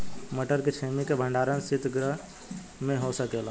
मटर के छेमी के भंडारन सितगृह में हो सकेला?